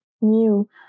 new